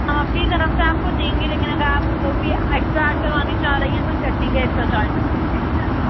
ہم اپنی طرف سے آپ کو دیں گے لیکن اگر آپ وہ بھی ایکسٹرا ایڈ کروانی چاہ رہی ہیں تو چٹنی کے ایکسٹرا چارجز ہوں گے